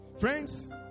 Friends